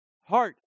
heart